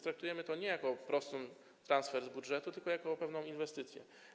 Traktujemy to więc nie jako prosty transfer z budżetu, tylko jako pewną inwestycję.